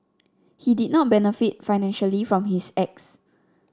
he did not benefit financially from his acts